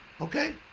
okay